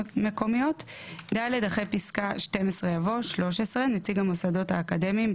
מקומיות""; אחרי פסקה (12) יבוא: "(13) נציג המוסדות האקדמיים,